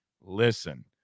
Listen